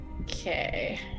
Okay